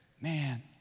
Man